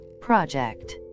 project